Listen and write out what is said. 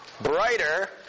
Brighter